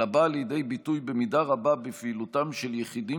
אלא באה לידי ביטוי במידה רבה בפעילותם של יחידים